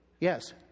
yes